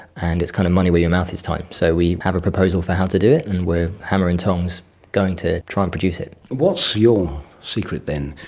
and it's kind of money-where-your-mouth-is time, so we have a proposal for how to do it and we are hammer-and-tongs going to try and produce it. what's your secret then?